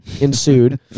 ensued